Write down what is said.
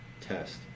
test